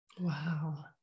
Wow